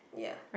yeah